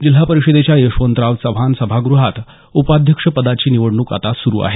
जिल्हा परिषदेच्या यशवंतराव चव्हाण सभागृहात उपाध्यक्षपदाची निवडणूक आता सुरू आहे